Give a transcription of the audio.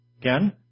again